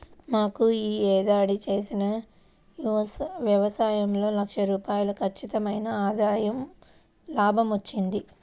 మాకు యీ ఏడాది చేసిన యవసాయంలో లక్ష రూపాయలు ఖచ్చితమైన లాభం వచ్చింది